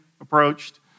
approached